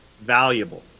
valuable